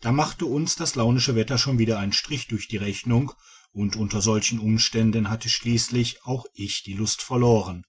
da machte uns das launische wetter schon wieder einen strich durch die rechnung und unter solchen umständen hatte schliesslich auch ich die lust verloren